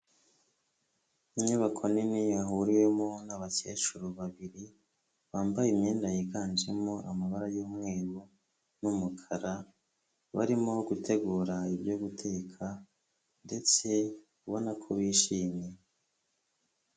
Inyubako nini yahuriwemo n'abakecuru babiri, bambaye imyenda yiganjemo amabara y'umweru n'umukara. Barimo gutegura ibyo guteka, ndetse ubona ko bishimye.